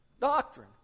doctrine